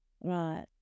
Right